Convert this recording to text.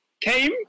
came